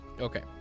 Okay